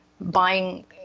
buying